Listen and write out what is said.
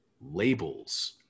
labels